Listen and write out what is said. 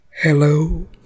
Hello